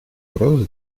угрозу